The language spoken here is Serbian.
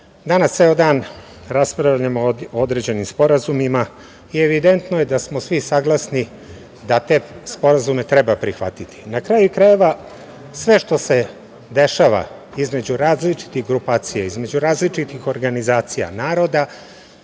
danas ceo dan raspravljamo o određenim sporazumima i evidentno je da smo svi saglasni da te sporazume treba prihvatiti. Na kraju krajeva, sve što se dešava između različitih grupacija, između različitih organizacija naroda,